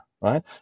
right